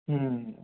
হুম